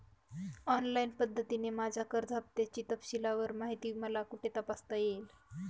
Online पद्धतीने माझ्या कर्ज हफ्त्याची तपशीलवार माहिती मला कुठे तपासता येईल?